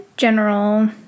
general